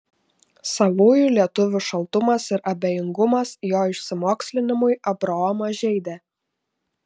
savųjų lietuvių šaltumas ir abejingumas jo išsimokslinimui abraomą žeidė